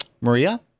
Maria